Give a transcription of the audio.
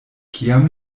kiam